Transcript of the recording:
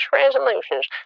resolutions